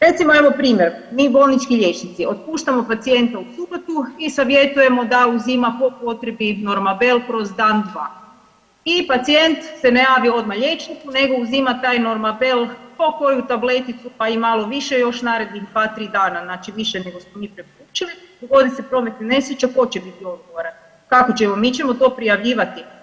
Recimo evo primjer, mi bolnički liječnici otpuštamo pacijenta u subotu i savjetujemo da uzima po potrebi normabel kroz dan dva i pacijent se ne javi odmah liječniku nego uzima taj normabel po koju tableticu, pa i malo više još narednih 2-3 dana, znači više nego što smo mi preporučili, dogodi se prometna nesreća, tko će biti odgovoran, kako ćemo, mi ćemo to prijavljivati?